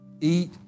eat